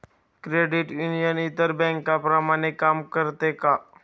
Credit union इतर बँकांप्रमाणे काम करते का?